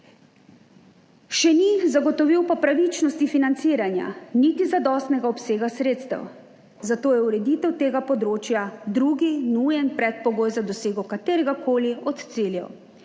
še ni zagotovil pa pravičnosti financiranja niti zadostnega obsega sredstev, zato je ureditev tega področja drugi nujen predpogoj za dosego kateregakoli od ciljev.